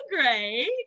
great